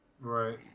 Right